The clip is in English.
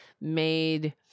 made